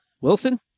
Wilson